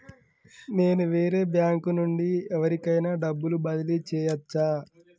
నేను వేరే బ్యాంకు నుండి ఎవలికైనా డబ్బు బదిలీ చేయచ్చా?